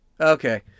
Okay